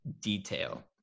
detail